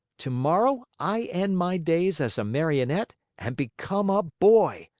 tomorrow i end my days as a marionette and become a boy,